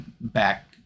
back